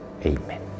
Amen